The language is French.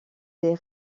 des